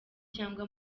cyangwa